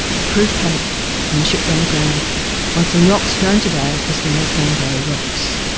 the crew panicked and the ship ran aground on some rocks known today as the makambo rocks.